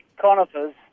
conifers